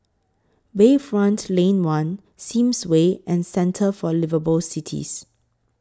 Bayfront Lane one Sims Way and Centre For Liveable Cities